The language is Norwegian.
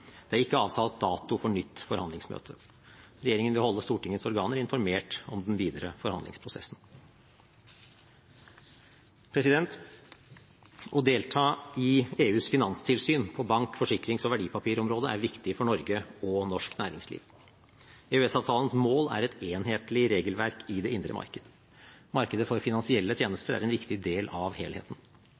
Det er ikke avtalt dato for nytt forhandlingsmøte. Regjeringen vil holde Stortingets organer informert om den videre forhandlingsprosessen. Å delta i EUs finanstilsyn på bank-, forsikrings- og verdipapirområdet er viktig for Norge og norsk næringsliv. EØS-avtalens mål er et enhetlig regelverk i det indre marked. Markedet for finansielle tjenester er en viktig del av helheten.